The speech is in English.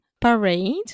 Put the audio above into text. Parade